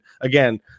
Again